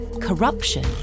corruption